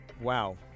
Wow